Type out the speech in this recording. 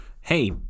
Hey